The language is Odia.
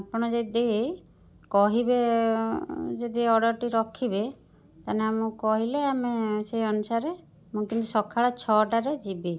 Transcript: ଆପଣ ଯଦି କହିବେ ଯଦି ଅର୍ଡ଼ର୍ଟି ରଖିବେ ତା'ହେଲେ ଆମକୁ କହିଲେ ଆମେ ସେ ଅନୁସାରେ ମୁଁ କିନ୍ତୁ ସକାଳ ଛଅଟାରେ ଯିବି